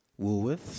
Woolworths